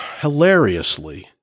Hilariously